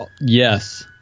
Yes